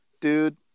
dude